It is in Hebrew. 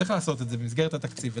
צריך לעשות את זה במסגרת התקציב.